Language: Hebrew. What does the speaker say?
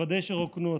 לוודא שרוקנו אותם.